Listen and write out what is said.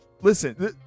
listen